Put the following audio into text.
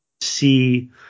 see